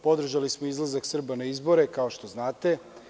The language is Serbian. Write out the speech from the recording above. Podržali smo izlazak Srba na izbore, kao što znate.